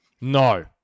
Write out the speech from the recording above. No